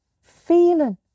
feeling